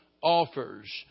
offers